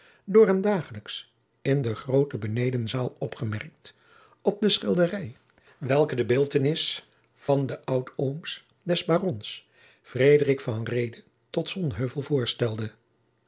door hem dagelijks in de groote benedenzaal opgemerkt op de schilderij welke de beeldtenis van den oudoom des barons frederik van reede tot sonheuvel voorstelde